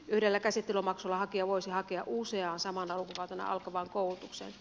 yhdellä käsittelymaksulla hakija voisi hakea useaan samana lukukautena alkavaan koulutukseen